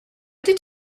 did